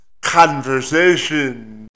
conversation